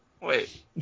wait